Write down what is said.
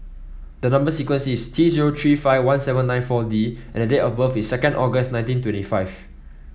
the number sequence is T zero three five one seven nine four D and date of birth is second August nineteen twenty five